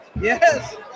Yes